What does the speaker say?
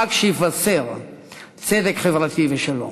חג שיבשר צדק חברתי ושלום.